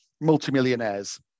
multimillionaires